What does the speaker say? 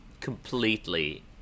completely